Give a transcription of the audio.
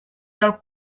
del